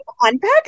unpack